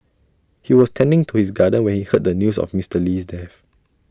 he was tending to his garden when he heard the news of Mister Lee's death